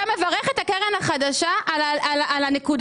זה היה במסגרת טרכטנברג והנושא היה פעוטות